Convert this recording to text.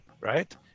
right